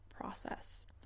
process